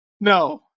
No